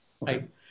right